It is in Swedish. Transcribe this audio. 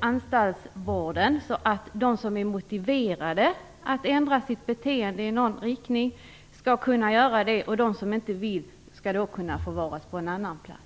anstaltsvården så att de som är motiverade att ändra sitt beteende i någon riktning skall kunna göra det och de som inte vill det skall kunna förvaras på en annan plats.